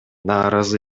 нааразы